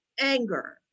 anger